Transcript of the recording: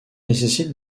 nécessite